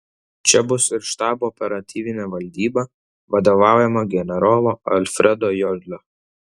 čia bus ir štabo operatyvinė valdyba vadovaujama generolo alfredo jodlio